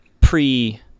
pre